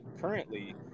currently